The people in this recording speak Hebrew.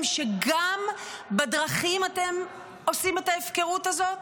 שגם בדרכים אתם עושים את ההפקרות הזאת?